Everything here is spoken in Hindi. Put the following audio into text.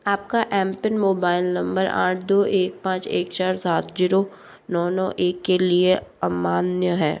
आपका एम पिन मोबाइल नंबर आठ दो एक पाँच एक चार सात ज़ीरो नौ नौ एक के लिए अमान्य है